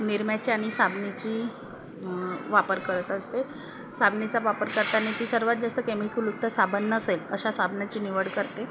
निरमाची आणि साबणेची वापर करत असते साबणेचा वापर करताना ती सर्वात जास्त केमिकलयुक्त साबण नसेल अशा साबणाची निवड करते